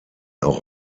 auch